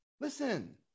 Listen